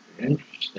Interesting